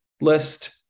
list